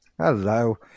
Hello